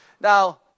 Now